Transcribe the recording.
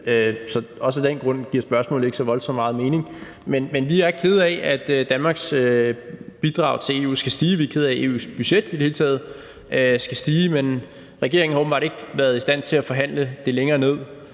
så også af den grund giver spørgsmålet ikke så voldsomt meget mening. Men vi er kede af, at Danmarks bidrag til EU skal stige. Vi er kede af, at EU's budget i det hele taget skal stige, men regeringen har åbenbart ikke været i stand til at forhandle det længere ned,